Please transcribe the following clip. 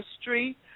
Street